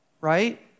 right